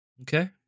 Okay